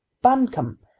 buncombe,